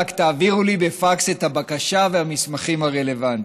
רק תעבירו לי בפקס את הבקשה והמסמכים הרלוונטיים.